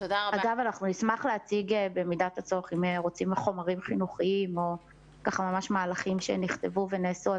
נשמח להציג במידת הצורך חומרים חינוכיים ומהלכים שנכתבו ונעשו.